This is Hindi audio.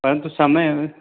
परंतु समय